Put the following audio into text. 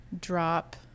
Drop